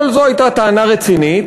אבל זו הייתה טענה רצינית,